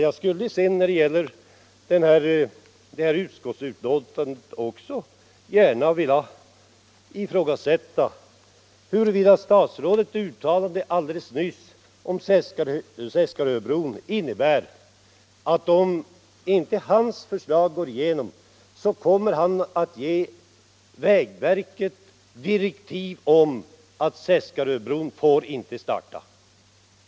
Jag skulle sedan när det gäller det här utskottsbetänkandet också gärna vilja fråga om statsrådets uttalande nyss beträffande Seskaröbron innebär, att om inte hans förslag går igenom, kommer han att ge vägverket direktiv om att byggandet av Seskaröbron inte får starta.